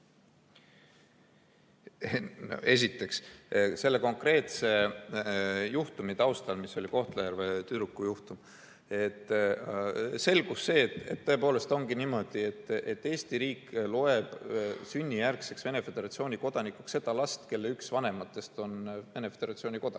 Esiteks, selle konkreetse juhtumiga seoses, mis oli Kohtla-Järve tüdruku juhtum, selgus see, et tõepoolest ongi niimoodi, et Eesti riik loeb sünnijärgseks Venemaa Föderatsiooni kodanikuks ka last, kellel üks vanematest on Venemaa Föderatsiooni kodanik,